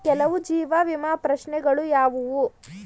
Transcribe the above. ಕೆಲವು ಜೀವ ವಿಮಾ ಪ್ರಶ್ನೆಗಳು ಯಾವುವು?